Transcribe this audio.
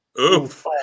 Oof